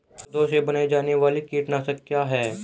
पौधों से बनाई जाने वाली कीटनाशक क्या है?